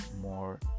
more